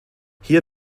hier